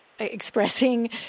expressing